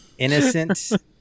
Innocent